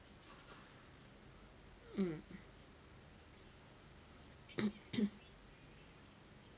mm